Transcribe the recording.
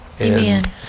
Amen